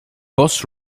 boss